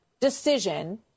decision